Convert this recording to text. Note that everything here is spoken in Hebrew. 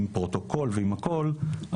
עם פרוטוקול ועם הכול,